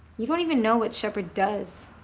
you don't even know what shepherd does.